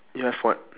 you have what